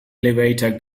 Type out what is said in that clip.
elevator